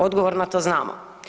Odgovor na to znamo.